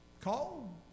Call